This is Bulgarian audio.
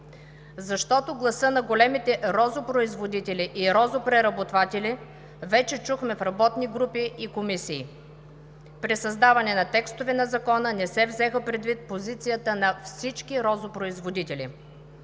защото гласът на големите розопроизводители и розопреработватели вече чухме в работни групи и комисии. При създаване на текстове на Закона не се взе предвид позицията на всички розопроизводители.